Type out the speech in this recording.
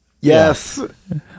Yes